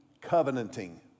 covenanting